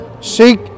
Seek